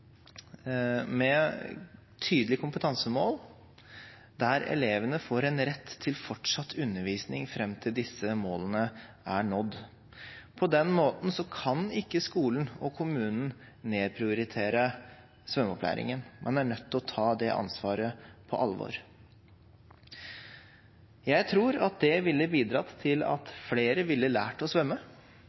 med tydelige kompetansemål, der elevene får en rett til fortsatt undervisning fram til disse målene er nådd. På den måten kan ikke skolen og kommunen nedprioritere svømmeopplæringen. Man er nødt til å ta det ansvaret alvorlig. Jeg tror det ville bidratt til at flere ville lært å svømme,